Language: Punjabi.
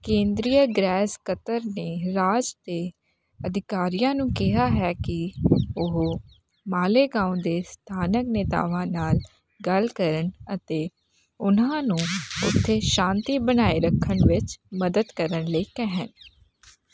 ਕੇਂਦਰੀ ਗ੍ਰਹਿ ਸਕੱਤਰ ਨੇ ਰਾਜ ਦੇ ਅਧਿਕਾਰੀਆਂ ਨੂੰ ਕਿਹਾ ਹੈ ਕਿ ਉਹ ਮਾਲੇਗਾਓਂ ਦੇ ਸਥਾਨਕ ਨੇਤਾਵਾਂ ਨਾਲ ਗੱਲ ਕਰਨ ਅਤੇ ਉਨ੍ਹਾਂ ਨੂੰ ਉੱਥੇ ਸ਼ਾਂਤੀ ਬਣਾਈ ਰੱਖਣ ਵਿੱਚ ਮਦਦ ਕਰਨ ਲਈ ਕਹਿਣ